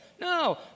No